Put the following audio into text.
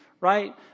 right